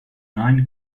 nine